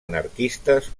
anarquistes